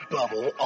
Bubble